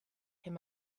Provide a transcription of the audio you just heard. him